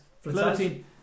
flirting